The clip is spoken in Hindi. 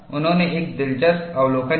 उन्होंने एक दिलचस्प अवलोकन किया